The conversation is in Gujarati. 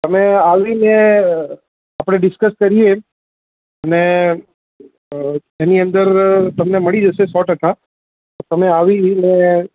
તમે આવીને આપણે ડિસ્કસ કરીએ અને એની અંદર તમને મળી જશે સો ટકા તો તમે આવીને